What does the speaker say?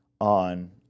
on